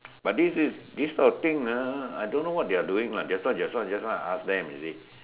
but this is this kind of thing ah I don't know what they are doing lah just now just now just now I ask them you see